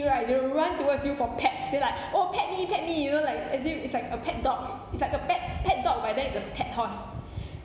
you right they run towards you for pats they're like oh pat me pat me you know like as if it's like a pet dog it's like a pet pet dog but that is a pet horse